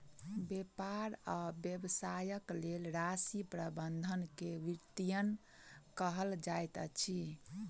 व्यापार आ व्यवसायक लेल राशि प्रबंधन के वित्तीयन कहल जाइत अछि